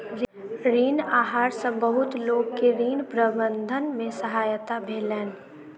ऋण आहार सॅ बहुत लोक के ऋण प्रबंधन में सहायता भेलैन